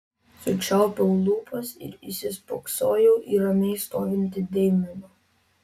sučiaupiau lūpas ir įsispoksojau į ramiai stovintį deimeną